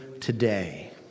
today